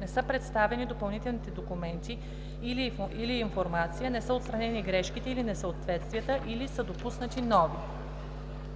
не са представени допълнителните документи или информация, не са отстранени грешките или несъответствията или са допуснати нови.”